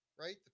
right